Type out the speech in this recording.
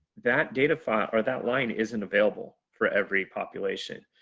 that data file or that line isn't available for every population.